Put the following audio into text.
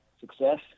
success